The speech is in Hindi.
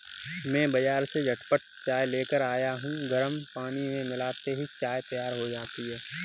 मैं बाजार से झटपट चाय लेकर आया हूं गर्म पानी में मिलाते ही चाय तैयार हो जाती है